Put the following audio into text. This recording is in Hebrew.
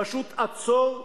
פשוט עצור,